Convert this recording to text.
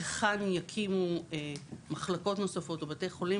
והיכן יקימו מחלקות נוספות בבתי חולים